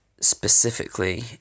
specifically